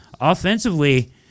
Offensively